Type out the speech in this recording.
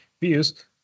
views